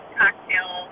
cocktail